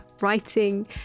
writing